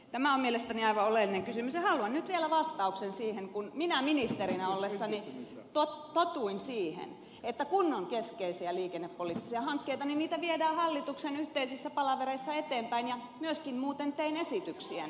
tämä on mielestäni aivan oleellinen kysymys ja haluan nyt vielä vastauksen siihen kun minä ministerinä ollessani totuin siihen että kun on keskeisiä liikennepoliittisia hankkeita niin niitä viedään hallituksen yhteisissä palavereissa eteenpäin ja myöskin muuten tein esityksiä niistä lisätalousarvioriihissä